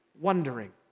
wondering